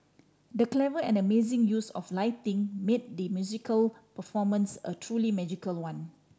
the clever and amazing use of lighting made the musical performance a truly magical one